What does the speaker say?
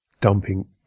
dumping